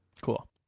cool